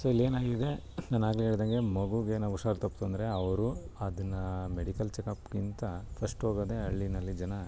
so ಏನಾಗಿದೆ ನಾನು ಆಗಲೆ ಹೇಳ್ದಂಗೆ ಮಗುಗೆ ಏನೋ ಹುಷಾರು ತಪ್ಪಿತು ಅಂದರೆ ಅವರು ಅದನ್ನು ಮೆಡಿಕಲ್ ಚೆಕಪ್ಗಿಂತ ಫಸ್ಟ್ ಹೋಗೋದೆ ಹಳ್ಳಿಯಲ್ಲಿ ಜನ